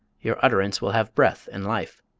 your utterance will have breath and life.